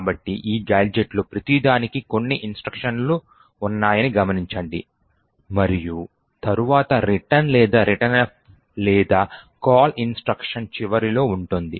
కాబట్టి ఈ గాడ్జెట్లలో ప్రతిదానికి కొన్ని ఇన్స్ట్రక్షన్ లు ఉన్నాయని గమనించండి మరియు తరువాత return లేదా returnf లేదా call ఇన్స్ట్రక్షన్ చివరలో ఉంటుంది